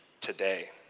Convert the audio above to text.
today